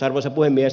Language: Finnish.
arvoisa puhemies